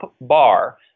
bar